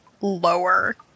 lower